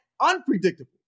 unpredictable